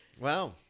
wow